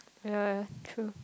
ya true